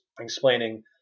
explaining